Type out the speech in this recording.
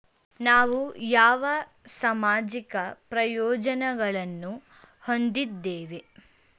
ನಾವು ಯಾವ ಸಾಮಾಜಿಕ ಪ್ರಯೋಜನಗಳನ್ನು ಹೊಂದಿದ್ದೇವೆ?